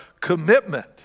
commitment